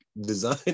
design